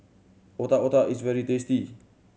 Otak Otak is very tasty